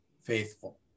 faithful